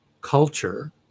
culture